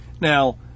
Now